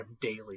daily